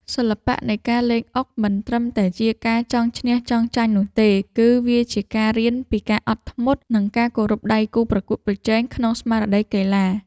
សិល្បៈនៃការលេងអុកមិនត្រឹមតែជាការចង់ឈ្នះចង់ចាញ់នោះទេ គឺ វាក៏ជាការរៀនពីការអត់ធ្មត់និងការគោរពដៃគូប្រកួតប្រជែងក្នុងស្មារតីកីឡា។